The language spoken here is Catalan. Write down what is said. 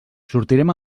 sortirem